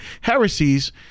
heresies